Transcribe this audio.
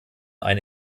einen